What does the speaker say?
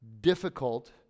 difficult